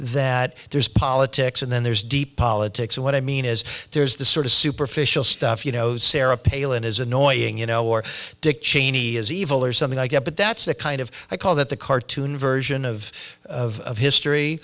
that there's politics and then there's deep politics and what i mean is there's the sort of superficial stuff you know sarah pailin is annoying you know or dick cheney is evil or something like that but that's the kind of i call that the cartoon version of history